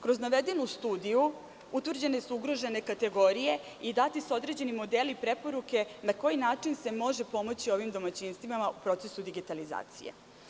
Kroz navedenu studiju utvrđene su ugrožene kategorije i dati su određeni modeli preporuke na koji način se može pomoći ovim domaćinstvima u procesu digitalizacije.